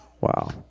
wow